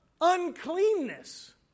uncleanness